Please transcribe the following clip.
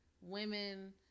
Women